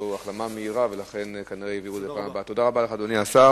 2. מה ייעשה לקידום הפיכת המתקן משניוני לשלישוני?